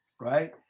right